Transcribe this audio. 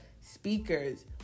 speakers